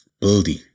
building